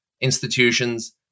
institutions